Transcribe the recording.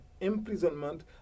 imprisonment